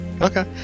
Okay